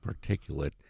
particulate